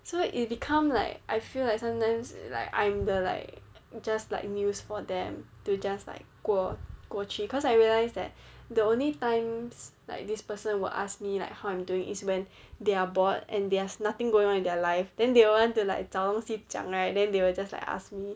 so it becomes like I feel like sometimes like I'm the like just like news for them to just like 过过去 cause I realised that the only time like this person will ask me like how I'm doing is when they're bored and there's nothing going on in their life then they want to like 找东西讲 right then they will just like ask me